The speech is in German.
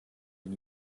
den